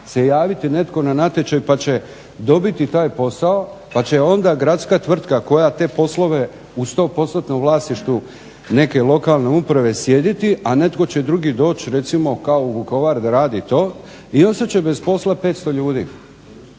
se javiti netko na natječaj pa će dobiti taj posao, pa će onda gradska tvrtka koja te poslove u sto postotnom vlasništvu neke lokalne uprave sjediti, a netko će drugi doći recimo kao u Vukovar grad i to i ostat će bez posla 500 ljudi.